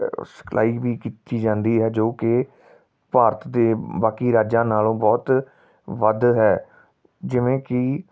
ਸਿਖਲਾਈ ਵੀ ਕੀਤੀ ਜਾਂਦੀ ਹੈ ਜੋ ਕਿ ਭਾਰਤ ਦੇ ਬਾਕੀ ਰਾਜਾਂ ਨਾਲੋਂ ਬਹੁਤ ਵੱਧ ਹੈ ਜਿਵੇਂ ਕਿ